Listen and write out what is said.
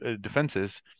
defenses